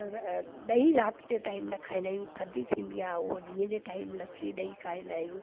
डही राति जे टाइम न खाईंदा आहियूं थदी थींदी आहे हुओ ॾींहं जे टाइम लस्सी डई खाईंदा आहियूं